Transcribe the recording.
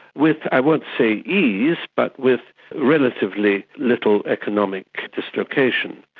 with, i won't say ease but with relatively little economic dislocation.